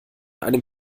einem